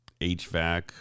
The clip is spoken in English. HVAC